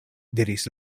diris